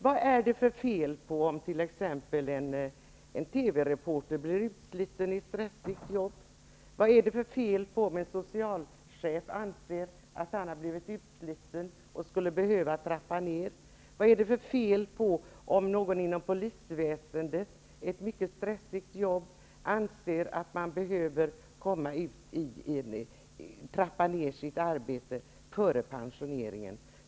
Vad är det för fel om t.ex. en TV-reporter känner sig utsliten i ett stressigt jobb och om en socialchef anser att han har blivit utsliten och skulle behöva trappa ned? Och vad är det för fel om någon inom polisväsendet, i ett mycket stressigt jobb, anser att han behöver trappa ned sitt arbete före pensioneringen?